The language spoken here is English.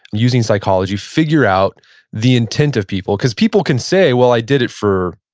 using psychology, figure out the intent of people? cause people can say, well, i did it for